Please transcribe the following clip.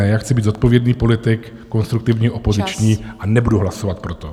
Já chci být zodpovědný politik, konstruktivněopoziční a nebudu hlasovat pro to.